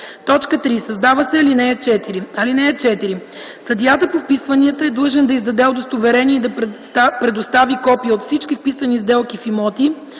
3. Създава се ал. 4: „(4) Съдията по вписванията е длъжен да издаде удостоверение и да предостави копие от всички вписани сделки с имоти,